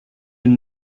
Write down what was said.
and